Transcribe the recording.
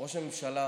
ראש הממשלה,